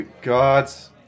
gods